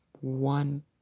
one